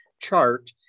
chart